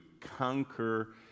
conquer